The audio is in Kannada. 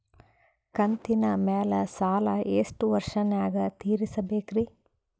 ಕಂತಿನ ಮ್ಯಾಲ ಸಾಲಾ ಎಷ್ಟ ವರ್ಷ ನ್ಯಾಗ ತೀರಸ ಬೇಕ್ರಿ?